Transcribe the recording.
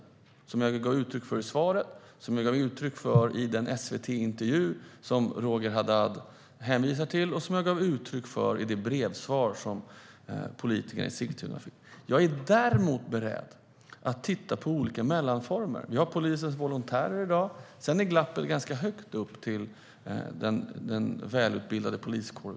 Det har jag gett uttryck för i svaret, i den SVT-intervju som Roger Haddad hänvisar till och i det brevsvar som politikerna i Sigtuna fick. Jag är däremot beredd att titta på olika mellanformer. Vi har polisens volontärer i dag. Sedan är glappet ganska stort upp till vår välutbildade poliskår.